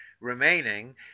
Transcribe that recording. remaining